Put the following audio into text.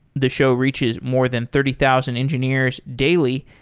the show reaches more than thirty thousand engineers daily,